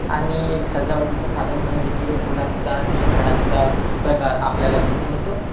आणि एक सजावटीचं साधन म्हणून देखील फुलांचा आणि झाडांचा प्रकार आपल्याला दिसून येतो